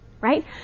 Right